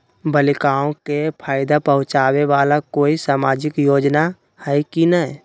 बालिकाओं के फ़ायदा पहुँचाबे वाला कोई सामाजिक योजना हइ की नय?